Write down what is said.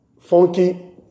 funky